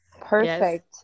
Perfect